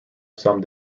some